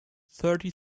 thirty